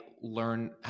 learn